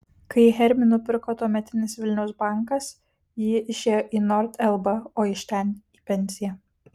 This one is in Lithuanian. kai hermį nupirko tuometis vilniaus bankas ji išėjo į nord lb o iš ten į pensiją